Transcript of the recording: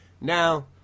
now